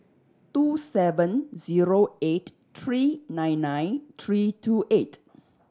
two seven zero eight three nine nine three two eight